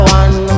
one